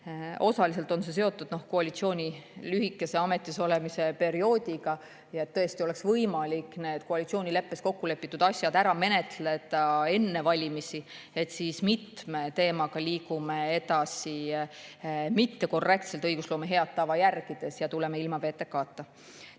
Osaliselt on see seotud koalitsiooni lühikese ametisolemise perioodiga. Et tõesti oleks võimalik need koalitsioonileppes kokkulepitud asjad ära menetleda enne valimisi, me mitme teemaga liigume edasi mittekorrektselt, õigusloome head tava järgimata, ja tuleme ilma VTK‑ta. Nüüd